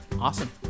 Awesome